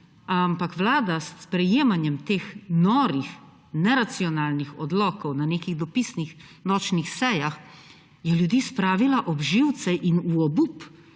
Ampak Vlada je s sprejemanjem teh norih, neracionalnih odlokov na nekih dopisnih nočnih sejah ljudi spravila ob živce in v obup.